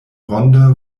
ronda